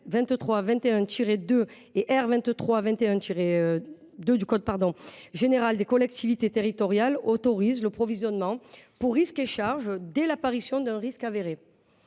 2321-2 et R. 2321-2 du code général des collectivités territoriales autorise le provisionnement pour risques et charges dès l’apparition d’un risque avéré.